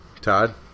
Todd